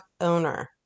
owner